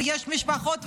ויש משפחות,